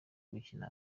gukina